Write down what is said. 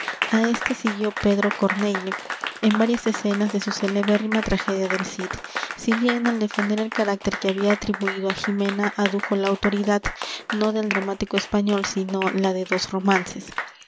á éste siguió pedro corneille en varias escenas de su celebérrima tragedia del cid si bien al defender el carácter que había atribuído á jimena adujo la autoridad no del dramático español sino la de dos romances